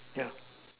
yeah